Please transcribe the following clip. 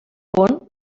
punt